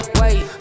Wait